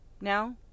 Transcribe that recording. Now